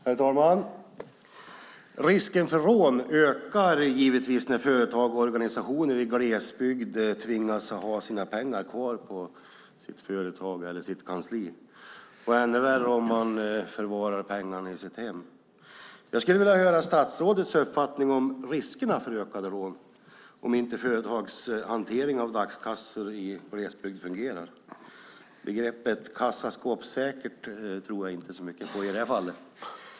Herr talman! Risken för rån ökar givetvis när företag och organisationer i glesbygd tvingas ha sina pengar kvar på sitt företag eller sitt kansli. Ännu värre är det om man förvarar pengarna i sitt hem. Jag skulle vilja höra statsrådets uppfattning om riskerna för ökat antal rån om inte företagshanteringen av dagskassor i glesbygder fungerar. Begreppet kassaskåpssäkert tror jag inte så mycket på i det här fallet.